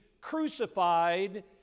crucified